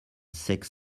six